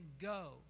go